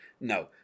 no